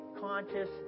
conscious